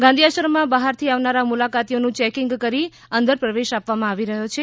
ગાંધી આશ્રમમાં બહારથી આવનારા મુલાકાતીઓનું ચેકિંગ કરી અંદર પ્રવેશ આપવામાં આવી રહ્યો છે